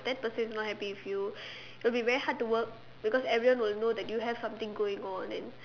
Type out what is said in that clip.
that person is not happy with you it will be very hard to work because everyone will know you have something going on and